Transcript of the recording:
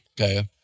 okay